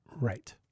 Right